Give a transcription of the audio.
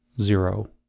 zero